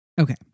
Okay